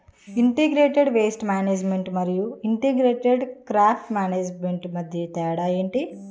integrated pest management మరియు integrated crop management మధ్య తేడా ఏంటి